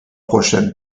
prochaines